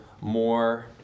more